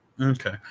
Okay